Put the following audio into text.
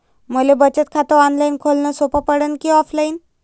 मले बचत खात ऑनलाईन खोलन सोपं पडन की ऑफलाईन?